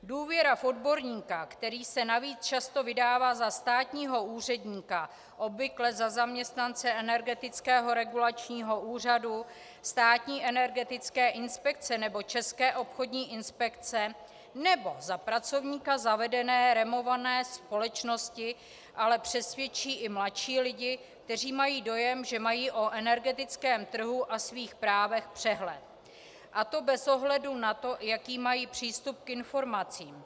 Důvěra v odborníka, který se navíc často vydává za státního úředníka, obvykle za zaměstnance Energetického regulačního úřadu, Státní energetické inspekce nebo České obchodní inspekce nebo za pracovníka zavedené, renomované společnosti, ale přesvědčí i mladší lidi, kteří mají dojem, že mají o energetickém trhu a svých právech přehled, a to bez ohledu na to, jaký mají přístup k informacím.